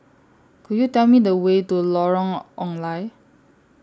Could YOU Tell Me The Way to Lorong Ong Lye